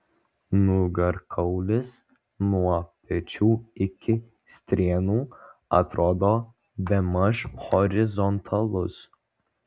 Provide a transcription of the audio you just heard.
nugarkaulis nuo pečių iki strėnų atrodo bemaž horizontalus